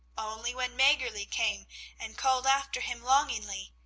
only when maggerli came and called after him longingly,